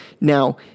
now